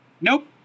Nope